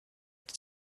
that